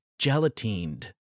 gelatined